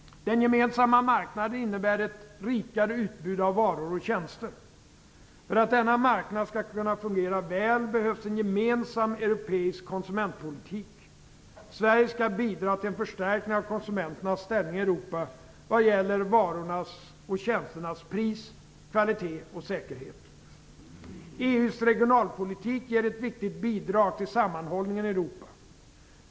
Den gemensamma marknaden innebär ett rikare utbud av varor och tjänster. För att denna marknad skall kunna fungera väl behövs en gemensam europeisk konsumentpolitik. Sverige skall bidra til l en förstärkning av konsumenternas ställning i Europa vad gäller varornas och tjänsternas pris, kvalitet och säkerhet. EU:s regionalpolitik ger ett viktigt bidrag till sammanhållningen i Europa.